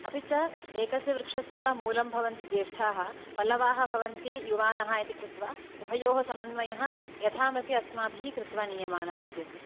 अपि च एकस्य वृक्षस्य मूलं भवन्ति ज्येष्ठाः पल्लवाः भवन्ति युवानः इति कृत्वा उभयोः समन्वयः यथामति अस्माभिः कृत्वा नीयमानं विद्यते